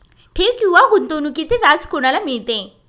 ठेव किंवा गुंतवणूकीचे व्याज कोणाला मिळते?